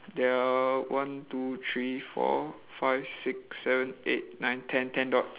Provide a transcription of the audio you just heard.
there are one two three four five six seven eight nine ten ten dots